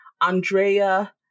Andrea